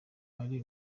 ari